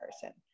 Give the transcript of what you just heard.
person